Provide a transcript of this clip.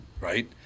Right